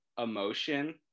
Emotion